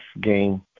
game